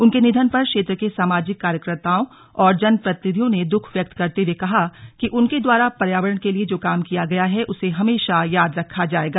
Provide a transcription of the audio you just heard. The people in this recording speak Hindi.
उनके निधन पर क्षेत्र के सामाजिक कार्यकर्ताओं और जनप्रतिनिधियों ने दुख व्यक्त करते हए कहा कि उनके द्वारा पर्यावरण के लिए जो काम किया गया है उसे हमेशा याद रखा जाएगा